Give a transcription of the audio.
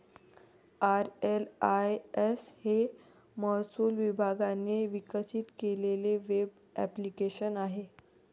RLIS हे महसूल विभागाने विकसित केलेले वेब ॲप्लिकेशन आहे